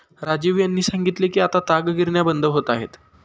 राजीव यांनी सांगितले की आता ताग गिरण्या बंद होत आहेत